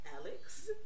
Alex